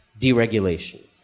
deregulation